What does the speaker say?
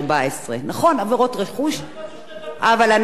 אבל אנחנו לא שוכחים לך את זה.